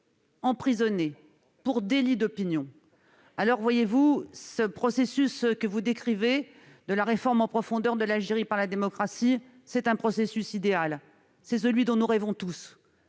ce pays pour délit d'opinion. Le processus que vous décrivez, celui de la réforme en profondeur de l'Algérie par la démocratie, est un processus idéal. C'est celui dont nous rêvons tous,